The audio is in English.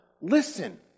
listen